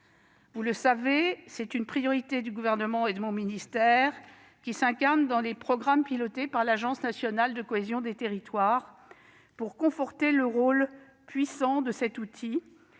Vous le savez, c'est une priorité du Gouvernement et de mon ministère, qui s'incarne dans les programmes pilotés par l'Agence nationale de la cohésion des territoires (ANCT). Pour conforter le rôle puissant de cet outil,